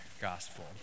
gospel